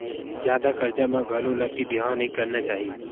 जादा करजा म घलो लद के बिहाव नइ करना चाही